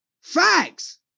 Facts